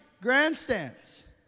grandstands